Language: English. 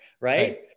Right